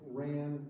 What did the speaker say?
ran